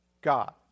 God